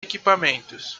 equipamentos